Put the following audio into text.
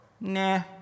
nah